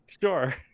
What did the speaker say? sure